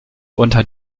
unter